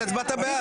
אתה הצבעת בעד.